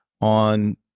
on